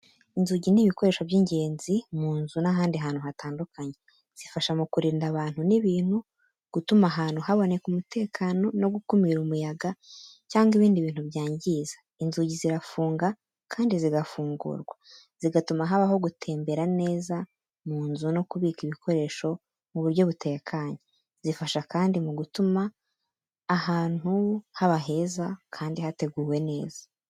Inzugi ni ibikoresho by’ingenzi mu nzu n’ahandi hantu hatandukanye. Zifasha mu kurinda abantu n’ibintu, gutuma ahantu haboneka umutekano no gukumira umuyaga cyangwa ibindi bintu byangiza. Inzugi zirafunga kandi zigafungurwa, zigatuma habaho gutembera neza mu nzu no kubika ibikoresho mu buryo butekanye. Zifasha kandi mu gutuma ahantu haba heza kandi hateguwe neza.